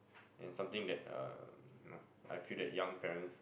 and something that uh you know I feel that young parents